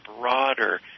broader